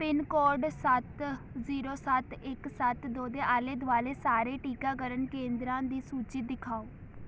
pin code ਸੱਤ zero ਸੱਤ ਇੱਕ ਸੱਤ ਦੋ ਦੇ ਆਲੇ ਦੁਆਲੇ ਸਾਰੇ ਟੀਕਾਕਰਨ ਕੇਂਦਰਾਂ ਦੀ ਸੂਚੀ ਦਿਖਾਓ